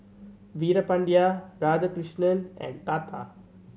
Veerapandiya Radhakrishnan and Tata